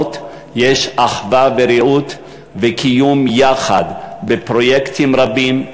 יש אחווה ורעות וקיום יחד בפרויקטים רבים,